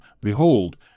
Behold